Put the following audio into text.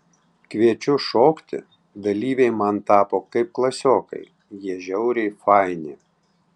kviečiu šokti dalyviai man tapo kaip klasiokai jie žiauriai faini